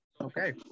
Okay